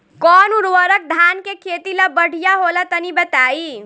कौन उर्वरक धान के खेती ला बढ़िया होला तनी बताई?